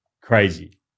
crazy